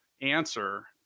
answer